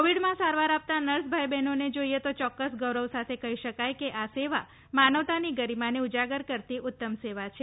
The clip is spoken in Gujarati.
કોવીડમાં સારવાર આપતા નર્સ ભાઈ બહેનોને જોઈએ તો ચોક્કસ ગૌરવ સાથે ખી શકાય કે આ સેવા માનવતાની ગરિમાને ઉજાગર કરતી ઉત્તમ સેવા છે